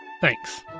Thanks